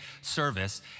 service